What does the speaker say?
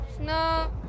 No